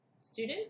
student